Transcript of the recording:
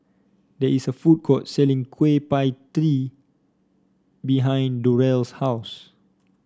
there is a food court selling Kueh Pie Tee behind Durell's house